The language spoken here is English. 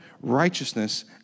righteousness